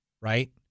right